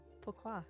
Pourquoi